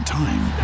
time